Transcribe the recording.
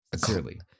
Clearly